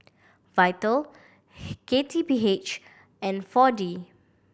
Vital K T P H and Four D